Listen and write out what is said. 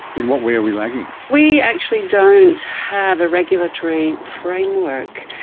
in what way are we lagging? we actually don't have a regulatory framework.